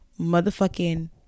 motherfucking